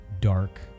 dark